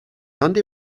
handy